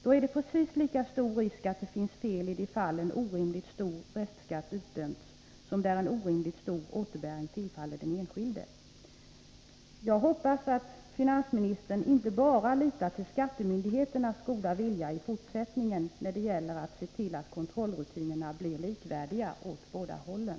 Då är det precis lika stor risk att det finns fel i de fall orimligt stor restskatt utdöms som där en orimligt stor återbäring tillfaller den enskilde. Jag hoppas att finansministern inte bara litar till skattemyndigheternas goda vilja i fortsättningen när det gäller att kontrollera att rutinerna blir likvärdiga åt båda hållen.